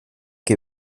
que